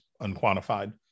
unquantified